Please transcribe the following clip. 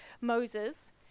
Moses